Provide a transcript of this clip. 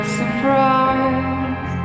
surprise